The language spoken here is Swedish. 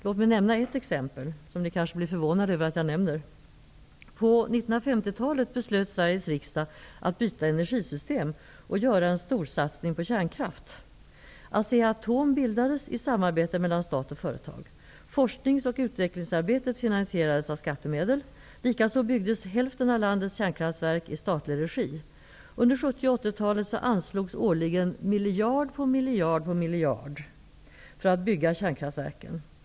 Låt mig nämna ett exempel. Ni kanske blir förvånade över att jag nämner det exemplet. På 1950-talet beslöt Sveriges riksdag att byta energisystem och göra en storsatsning på kärnkraft. Asea-Atom bildades i samarbete mellan stat och företag. Forsknings och utvecklingsarbetet finansierades av skattemedel. Likaså byggdes hälften av landets kärnkraftverk i statlig regi. Under 70 och 80-talen anslogs årligen miljard på miljard för att bygga kärnkraftverken.